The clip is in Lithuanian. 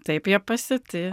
taip jie pasiūti